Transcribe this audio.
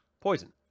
Poison